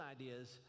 ideas